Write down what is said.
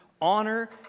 honor